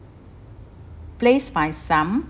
place my sum